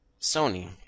Sony